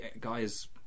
guys